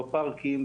בפארקים,